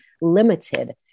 limited